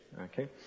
okay